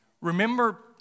Remember